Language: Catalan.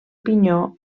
pinyó